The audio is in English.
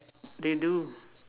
they do